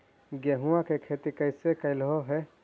गेहूआ के खेती कैसे कैलहो हे?